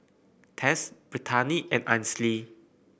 Tess Brittani and Ainsley